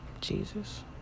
Jesus